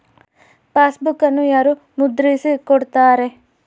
ಪಾಸ್ಬುಕನ್ನು ಯಾರು ಮುದ್ರಿಸಿ ಕೊಡುತ್ತಾರೆ?